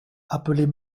appelez